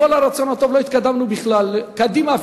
כל הרצון הטוב לא התקדמנו בכלל קדימה,